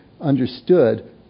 understood